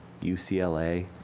UCLA